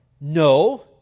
No